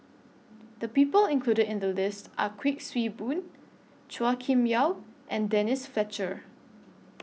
The People included in The list Are Kuik Swee Boon Chua Kim Yeow and Denise Fletcher